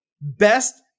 best